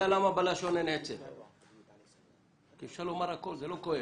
אני הייתי כבול למועדון הנעורים שלי עד גיל 29 למרות שלא היה לי חוזה.